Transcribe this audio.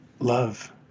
love